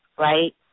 right